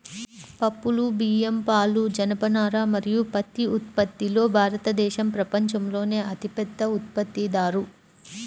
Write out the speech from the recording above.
పప్పులు, బియ్యం, పాలు, జనపనార మరియు పత్తి ఉత్పత్తిలో భారతదేశం ప్రపంచంలోనే అతిపెద్ద ఉత్పత్తిదారు